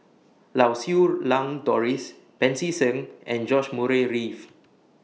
Lau Siew Lang Doris Pancy Seng and George Murray Reith